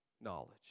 knowledge